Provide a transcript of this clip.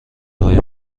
های